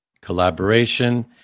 collaboration